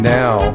now